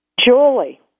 Julie